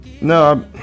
No